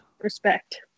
Respect